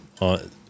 on